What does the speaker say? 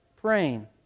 praying